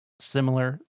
similar